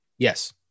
yes